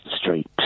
Street